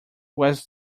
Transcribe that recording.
was